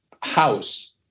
house